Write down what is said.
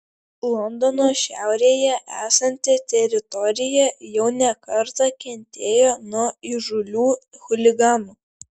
londono šiaurėje esanti teritorija jau ne kartą kentėjo nuo įžūlių chuliganų